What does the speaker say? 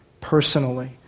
personally